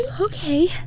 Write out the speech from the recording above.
Okay